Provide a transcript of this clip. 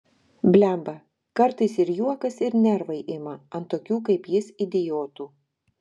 blemba kartais ir juokas ir nervai ima ant tokių kaip jis idiotų